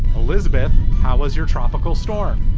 elizabeth, how was your tropical storm?